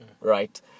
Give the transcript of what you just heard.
right